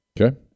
Okay